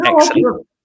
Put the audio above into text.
excellent